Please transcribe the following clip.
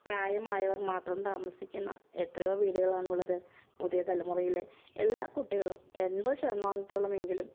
പ്രായമായവർ മാത്രം താമസിക്കുന്ന എത്രയോ വീടുകളാണുള്ളത് പുതിയ തലമുറയിലെ എല്ലാ കുട്ടികളും എൺപത് ശതമാനത്തോളമെങ്കിലും